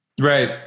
Right